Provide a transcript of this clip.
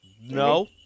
No